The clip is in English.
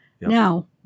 Now